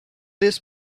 this